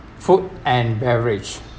food and beverage